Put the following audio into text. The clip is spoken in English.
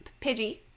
Pidgey